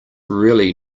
really